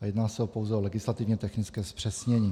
Jedná se pouze o legislativně technické zpřesnění.